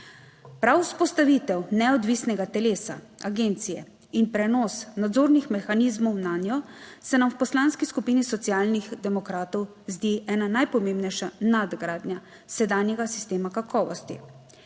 Prav vzpostavitev neodvisnega telesa agencije in prenos nadzornih mehanizmov nanjo se nam v Poslanski skupini Socialnih demokratov zdi ena najpomembnejša nadgradnja sedanjega sistema kakovosti.